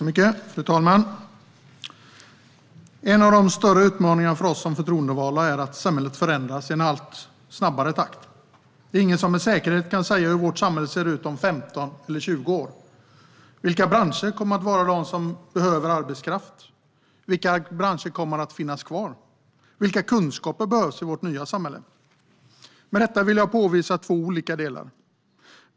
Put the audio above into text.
Fru talman! En av de större utmaningarna för oss som förtroendevalda är att samhället förändras i en allt snabbare takt. Ingen kan med säkerhet säga hur vårt samhälle ser ut om 15 eller 20 år. Vilka branscher kommer att behöva arbetskraft? Vilka branscher kommer att finnas kvar? Vilka kunskaper behövs i vårt nya samhälle? Med detta vill jag påvisa två olika delar.